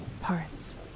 Parts